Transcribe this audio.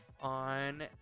on